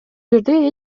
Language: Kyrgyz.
жерде